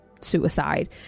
suicide